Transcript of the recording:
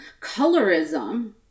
colorism